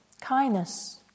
kindness